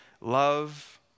love